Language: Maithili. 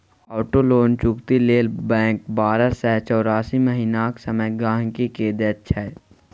आटो लोन चुकती लेल बैंक बारह सँ चौरासी महीनाक समय गांहिकी केँ दैत छै